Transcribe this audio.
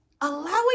allowing